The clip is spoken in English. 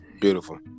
beautiful